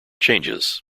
changes